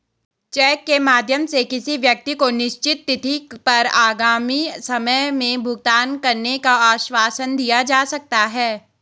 check के माध्यम से किसी व्यक्ति को निश्चित तिथि पर आगामी समय में भुगतान करने का आश्वासन दिया जा सकता है